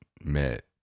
met